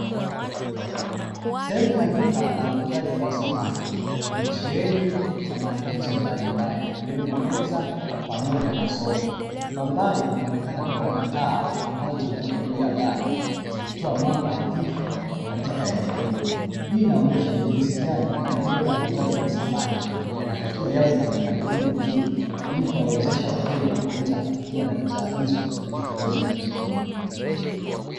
Sehemu ya duka la uuzaji wa samani nimesheheni samahani hizo mbalimbali ikiwemo meza pamoja na sofa kwa mbali kunaonekana kuwa na taa ambazo zimewekwa juu ya dari zikitoa mwanga hafifu katika eneo hilo, hii inaonyesha ni jinsi gani maeneo ya uuzaji wa samani yanatakiwa yawe na mpangilio mzuri ili kuwawezesha wateja kuweza kuvutiwa na bidhaa hizo na kuweza kuziinua.